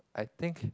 I think